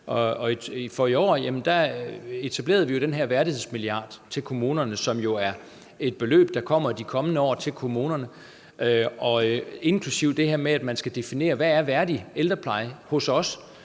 I år etablerede vi jo den her værdighedsmilliard til kommunerne, som er et beløb, der kommer i de kommende år til kommunerne. Det inkluderer, at man skal definere, hvad værdig ældrepleje er, så